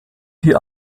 die